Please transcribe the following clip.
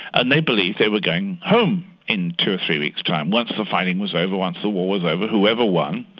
and they believed they were going home in two or three weeks time. once the fighting was over, once the war was over, whoever won,